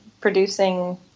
producing